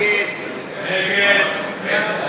ההצעה להעביר